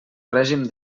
règim